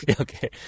Okay